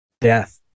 death